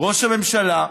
ראש הממשלה,